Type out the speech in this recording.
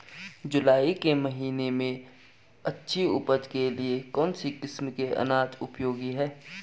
जुलाई के महीने में अच्छी उपज के लिए कौन सी किस्म के अनाज उपयोगी हैं?